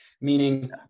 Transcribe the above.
meaning